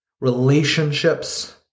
relationships